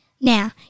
Now